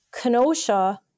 Kenosha